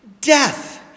death